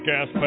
Gas